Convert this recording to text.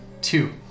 Two